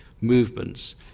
movements